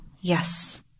yes